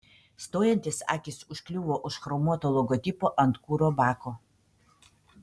stojantis akys užkliuvo už chromuoto logotipo ant kuro bako